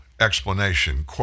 explanation